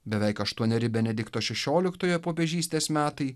beveik aštuoneri benedikto šešioliktojo popiežystės metai